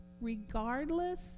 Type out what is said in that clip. regardless